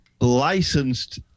licensed